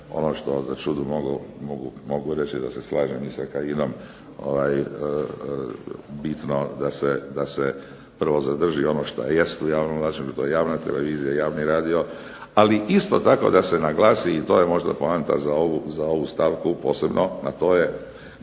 ono što za čudo mogu reći da se slažem i sa Kajinom bitno da se prvo zadrži ono što jest u javnom vlasništvu, koja je javna televizija, javni radio, ali isto tako da se naglasi i to je možda poanta za ovu stavku posebno, a to je